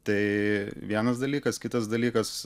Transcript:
tai vienas dalykas kitas dalykas